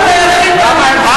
אני מוכרח לומר לך,